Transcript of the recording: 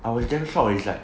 I was damn shocked is like